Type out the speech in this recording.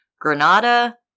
Granada